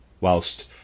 whilst